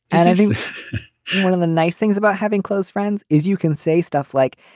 and i think one of the nice things about having close friends is you can say stuff like,